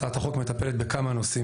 הצעת החוק מטפלת בכמה נושאים,